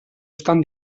estan